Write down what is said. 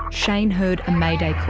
shane heard a mayday